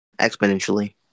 exponentially